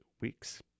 weeks